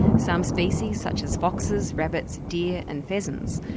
some species, such as foxes, rabbits, deer and pheasants,